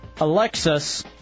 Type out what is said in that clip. Alexis